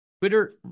twitter